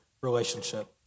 relationship